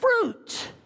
fruit